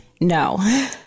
No